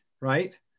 Right